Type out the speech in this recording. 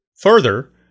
Further